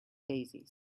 daisies